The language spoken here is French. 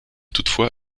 toutefois